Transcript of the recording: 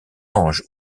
ange